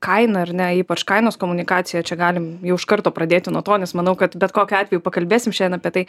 kaina ar ne ypač kainos komunikacija čia galim jau iš karto pradėti nuo to nes manau kad bet kokiu atveju pakalbėsim šiandien apie tai